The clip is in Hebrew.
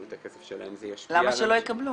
את הכסף שלהן זה ישפיע -- למה שלא יקבלו?